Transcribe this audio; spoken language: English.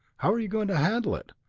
how are you going to handle it,